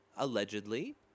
allegedly